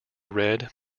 read